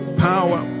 power